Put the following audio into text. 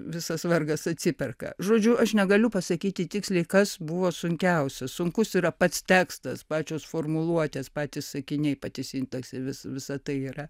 visas vargas atsiperka žodžiu aš negaliu pasakyti tiksliai kas buvo sunkiausia sunkus yra pats tekstas pačios formuluotės patys sakiniai pati sintaksė vis visa tai yra